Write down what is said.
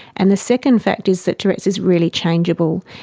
and the second fact is that tourette's is really changeable.